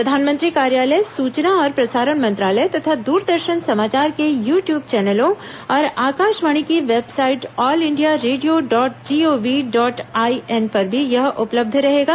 प्रधानमंत्री कार्यालय सूचना और प्रसारण मंत्रालय तथा दूरदर्शन समाचार के यू ट्यूब चैनलों और आकाशवाणी की website all India radio dot G O V dot I N पर भी यह उपलब्ध रहेगा